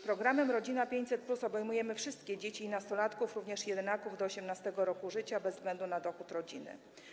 Programem „Rodzina 500+” obejmujemy wszystkie dzieci i nastolatków, również jedynaków, do 18. roku życia bez względu na dochód rodziny.